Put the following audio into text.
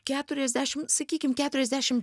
keturiasdešim sakykim keturiasdešim